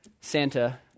Santa